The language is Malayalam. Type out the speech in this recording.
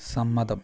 സമ്മതം